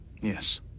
Yes